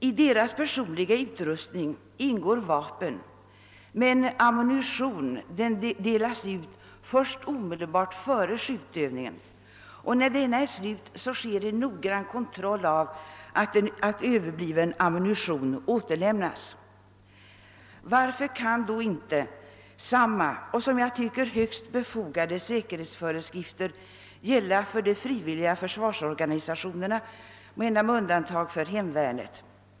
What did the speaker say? I deras personliga ut rustning ingår vapen, men ammunition delas ut först omedelbart före skjutövningen, och när övningen är slut företas en noggrann kontroll av att överbliven ammunition återlämnas. Varför kan inte samma, och som jag tycker högst befogade, <säkerhetsförskrifter gälla för de frivilliga försvarsorganisationerna, med undantag för hemvärnet?